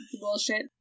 Bullshit